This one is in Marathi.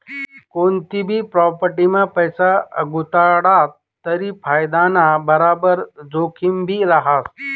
कोनतीभी प्राॅपटीमा पैसा गुताडात तरी फायदाना बराबर जोखिमभी रहास